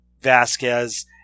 Vasquez